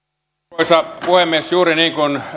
arvoisa puhemies juuri niin kuin